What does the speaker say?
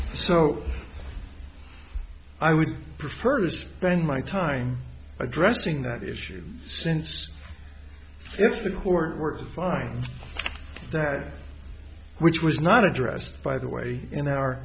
so i would prefer to spend my time addressing that issue since if the court were fine that which was not addressed by the way in our